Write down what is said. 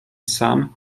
sam